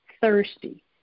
thirsty